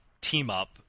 team-up